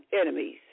enemies